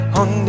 on